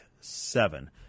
seven